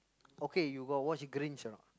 okay you got watch Grinch or not